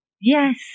Yes